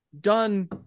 done